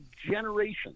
generations